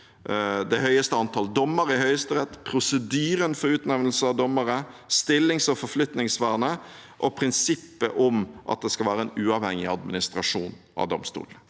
det høyeste antallet dommere i Høyesterett, prosedyren for utnevnelse av dommere, stillings- og forflytningsvernet og prinsippet om at det skal være en uavhengig administrasjon av domstolene.